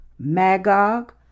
Magog